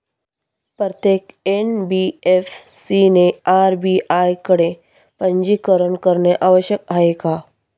प्रत्येक एन.बी.एफ.सी ने आर.बी.आय कडे पंजीकरण करणे आवश्यक आहे का?